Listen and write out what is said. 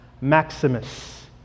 Maximus